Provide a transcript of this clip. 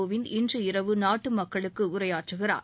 கோவிந்த் இன்றுஇரவு நாட்டு மக்களுக்கு உரையாற்றுகிறார்